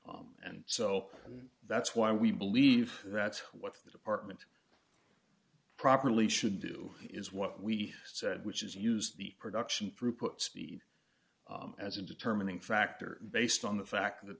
and so that's why we believe that's what the department properly should do is what we said which is use the production through put speed as a determining factor based on the fact that